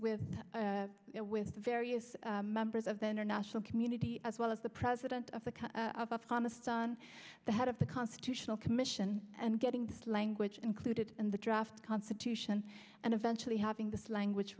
with with various members of the international community as well as the president of the of afghanistan the head of the constitutional commission and getting to land which included in the draft constitution and eventually having this language